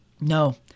No